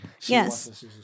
Yes